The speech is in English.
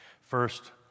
First